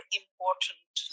important